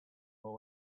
what